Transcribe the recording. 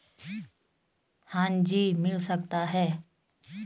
क्या मुझे व्यवसाय या स्वरोज़गार के लिए ऋण मिल सकता है?